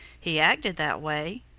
he acted that way.